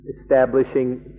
establishing